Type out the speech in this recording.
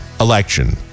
Election